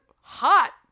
hot